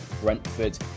brentford